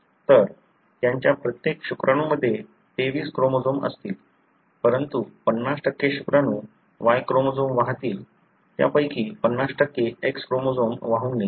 तर त्यांच्या प्रत्येक शुक्राणूमध्ये 23 क्रोमोझोम असतील परंतु 50 शुक्राणू Y क्रोमोझोम वाहतील त्यापैकी 50 X क्रोमोझोम वाहून नेतील